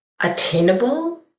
attainable